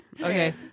Okay